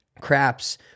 craps